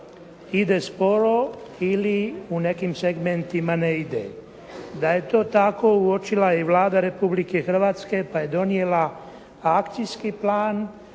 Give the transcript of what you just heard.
ide sporo ili u nekim segmentima ne ide? Da je to tako uočila je i Vlada Republike Hrvatske pa je donijela akcijski plan